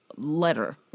letter